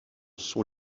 sont